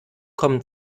kommen